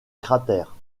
cratère